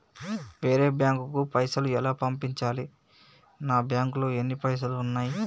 వేరే బ్యాంకుకు పైసలు ఎలా పంపించాలి? నా బ్యాంకులో ఎన్ని పైసలు ఉన్నాయి?